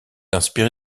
inspiré